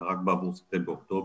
אלא רק בעבור ספטמבר-אוקטובר.